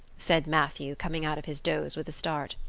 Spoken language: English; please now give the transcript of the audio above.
said matthew, coming out of his doze with a start.